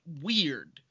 weird